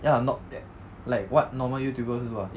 ya not that like what normal youtubers do ah